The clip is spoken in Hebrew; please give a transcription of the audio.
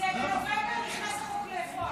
--- בנובמבר החוק נכנס לפועל.